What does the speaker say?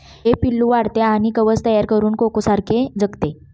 हे पिल्लू वाढते आणि कवच तयार करून कोकोसारखे जगते